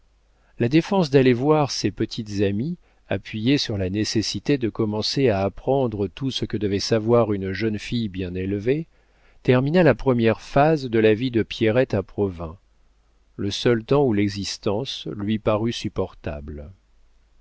la défense d'aller voir ses petites amies appuyée sur la nécessité de commencer à apprendre tout ce que devait savoir une jeune fille bien élevée termina la première phase de la vie de pierrette à provins le seul temps où l'existence lui parut supportable